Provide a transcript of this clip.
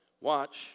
Watch